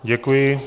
Děkuji.